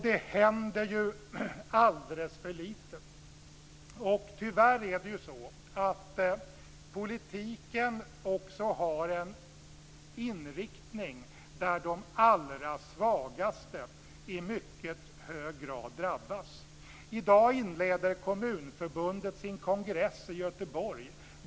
Det händer alldeles för lite. Och tyvärr är det så att politiken också har en inriktning där de allra svagaste i mycket hög grad drabbas. I dag inleder Kommunförbundet sin kongress i Göteborg.